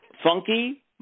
funky